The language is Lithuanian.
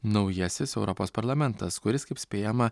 naujasis europos parlamentas kuris kaip spėjama